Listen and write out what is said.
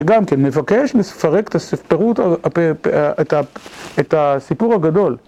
גם כן, מבקש לפרק את הסיפור הגדול